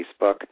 Facebook